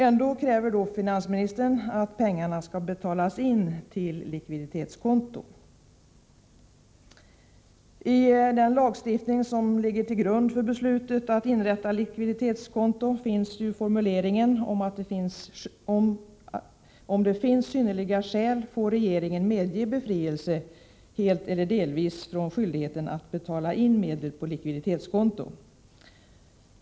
Ändå kräver finansministern att pengarna skall betalas in på likviditetskonto. I den lagstiftning som ligger till grund för beslutet att inrätta likviditetskonto finns en formulering om att om det finns synnerliga skäl får regeringen medge befrielse, helt eller delvis, från skyldigheten att betala in medel på likviditetskonto.